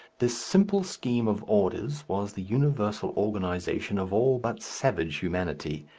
this simple scheme of orders was the universal organization of all but savage humanity,